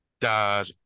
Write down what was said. dad